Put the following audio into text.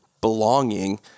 belonging